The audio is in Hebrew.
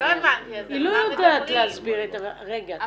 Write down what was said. היא לא יודעת להסביר את -- לא הבנתי,